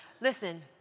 Listen